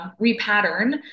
repattern